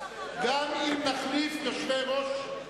גם אם נחליף יושבי-ראש,